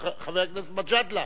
חבר הכנסת מג'אדלה,